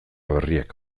berriak